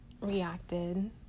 reacted